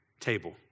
table